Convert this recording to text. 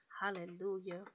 Hallelujah